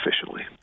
efficiently